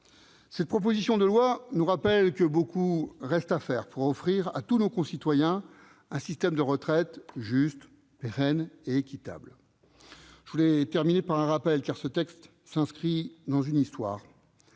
Cette proposition de loi nous le rappelle, beaucoup reste à faire pour offrir à tous nos concitoyens un système de retraite juste, pérenne et équitable. Je voudrais terminer par un rappel, car ce texte s'inscrit dans une histoire,